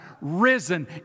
risen